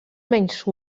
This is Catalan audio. menys